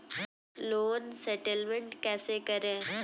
Loan settlement कैसे करें?